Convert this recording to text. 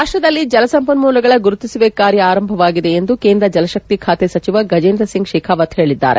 ರಾಷ್ಟದಲ್ಲಿ ಜಲಸಂಪನ್ನೂಲಗಳ ಗುರುತಿಸುವಿಕೆ ಕಾರ್ಯ ಆರಂಭವಾಗಿದೆ ಎಂದು ಕೇಂದ್ರ ಜಲಶಕ್ತಿ ಖಾತೆ ಸಚಿವ ಗಜೇಂದ್ರಸಿಂಗ್ ಶೆಬಾವತ್ ಹೇಳಿದ್ದಾರೆ